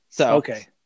Okay